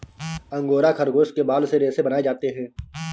angora खरगोश के बाल से रेशे बनाए जाते हैं